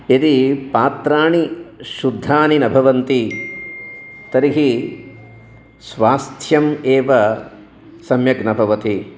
यदि पात्राणि शुद्धानि न भवन्ति तर्हि स्वास्थ्यम् एव सम्यक् न भवति